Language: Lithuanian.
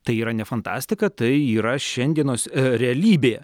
tai yra ne fantastika tai yra šiandienos realybė